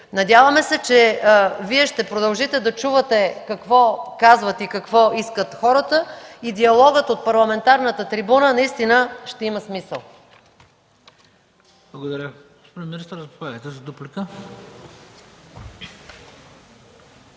Надяваме се, че Вие ще продължите да чувате какво казват и какво искат хората, и диалогът от парламентарната трибуна наистина ще има смисъл.